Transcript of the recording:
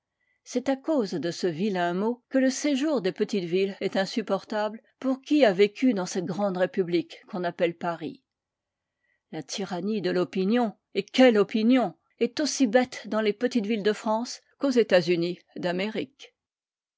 c'est à cause de ce vilain mot que le séjour des petites villes est insupportable pour qui a vécu dans cette grande république qu'on appelle paris la tyrannie de l'opinion et quelle opinion est aussi bête dans les petites villes de france qu'aux états-unis d'amérique